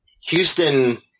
Houston